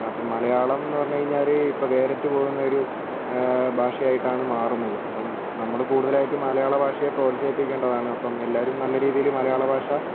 അപ്പോൾ മലയാളംന്ന് പറഞ്ഞ് കഴിഞ്ഞാൽ ഇപ്പോൾ വേരറ്റ് പോകുന്ന ഒരു ഭാഷയായിട്ടാണ് മാറുന്നത് അപ്പം നമ്മൾ കൂടുതലായിട്ടും മലയാള ഭാഷയെ പ്രോത്സാഹിപ്പിക്കേണ്ടതാണ് അപ്പം എല്ലാരും നല്ല രീതിയിൽ മലയാള ഭാഷ